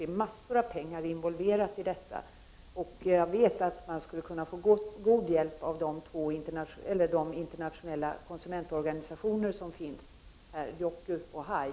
Det är massor av pengar involverade i detta, och jag vet att man skulle kunna få god hjälp av de internationella konsumentorganisationer som finns, exempelvis IOCU och HAI.